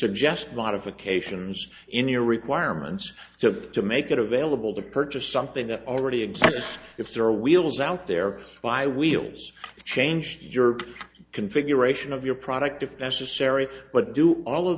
suggest modifications in your requirements so to make it available to purchase something that already exists if there are wheels out there why wheels changed your configuration of your product if necessary but do all of